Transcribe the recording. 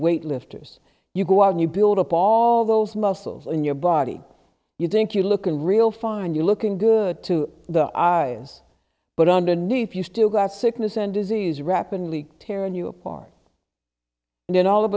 weightlifters you go on you build up all those muscles in your body you think you look in real fine you're looking good to the eyes but underneath you still got sickness and disease rapin league tearing you apart and then all of